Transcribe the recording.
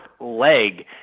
leg